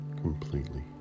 completely